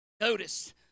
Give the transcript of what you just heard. Notice